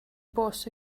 bws